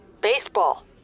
Baseball